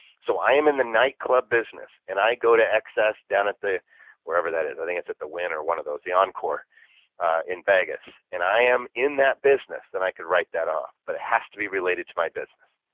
so i am in the nightclub business and i go to excess down at the wherever that is, i think it's at the wynn or one of those, the encore in vegas and i am in that business, then and i could write that off but it has to be related to my business.